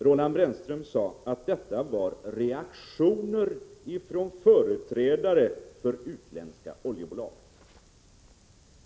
Roland Brännström sade att detta var reaktioner från företrädare för utländska oljebolag.